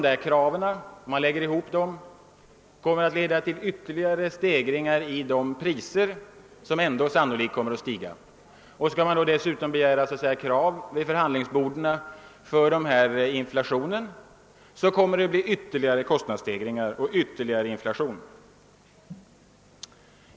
Och om man lägger ihop de kraven, så leder de till ytterligare stegringar av de priser, som sannolikt ändå skulle ha stigit. Skall man dessutom vid förhandlingsborden resa starka krav på kompensation för inflationen, så kommer vi att få ytterligare kostnadsstegringar och en ytterligare markerad inflation.